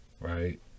right